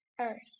Earth